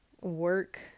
work